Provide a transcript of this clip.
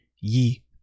ye